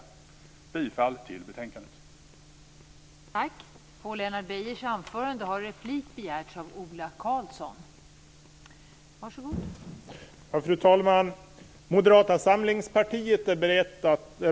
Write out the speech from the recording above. Jag yrkar bifall till hemställan i betänkandet.